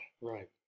Right